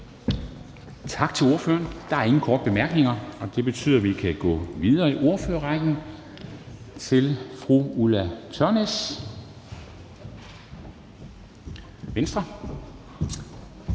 Tak til ordføreren. Der er ingen korte bemærkninger. Og det betyder, at vi kan gå videre i ordførerrækken til fru Ulla Tørnæs, Venstre.